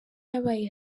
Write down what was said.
yabaye